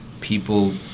people